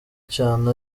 cyane